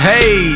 Hey